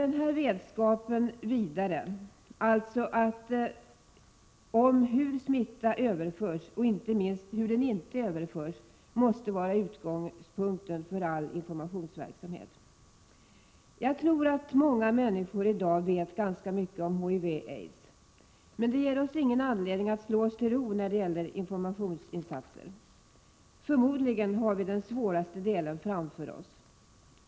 Att sprida vetskapen vidare om hur smittan överförs och inte minst om hur den inte överförs måste vara utgångspunkten för all informationsverksamhet. Jag tror att många människor i dag vet ganska mycket om HIV och aids. Men det ger oss ingen anledning att slå oss till ro när det gäller informationsinsatser. Förmodligen har vi den svåraste delen framför oss.